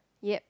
yeap